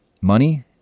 money